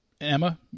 Emma